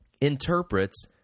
interprets